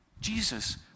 Jesus